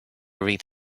read